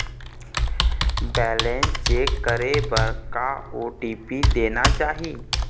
Balance check करे बर का ओ.टी.पी देना चाही?